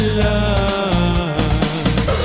love